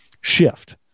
shift